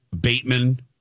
Bateman